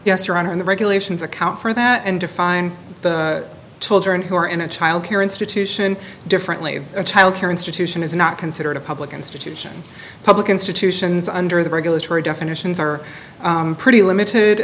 around and the regulations account for that and define the children who are in a child care institution differently a child care institution is not considered a public institution public institutions under the regulatory definitions are pretty limited